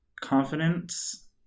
confidence